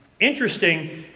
interesting